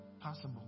possible